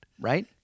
Right